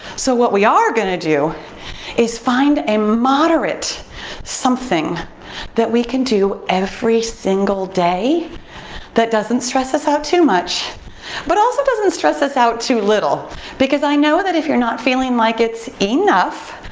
so what we are gonna do is find a moderate something that we can do every single day that doesn't stress us out too much but also doesn't stress us out too little because i know that if you're not feeling like it's enough,